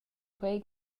quei